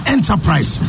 Enterprise